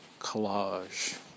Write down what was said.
collage